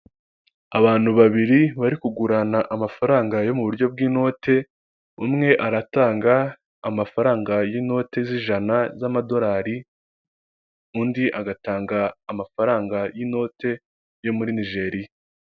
Abantu babiri bari kugurana amafaranga yo mu buryo bw'inote, umwe aratanga amafaranga y'inote z'ijana z'amadorari, undi agatanga amafaranga y'inote yo muri nijeriya.